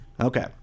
Okay